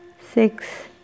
six